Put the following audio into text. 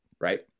right